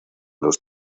los